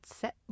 set